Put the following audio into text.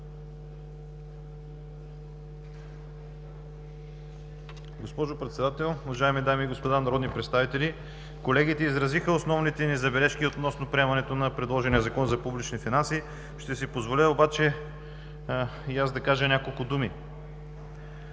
Госпожо Председател, уважаеми дами и господа народни представители! Колегите изразиха основните ни забележки относно приемането на предложения Закон за публичните финанси. Ще си позволя и аз да кажа няколко думи.